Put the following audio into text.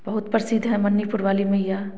बहुत प्रसिद्ध है मनिपुर वाली माईयाँ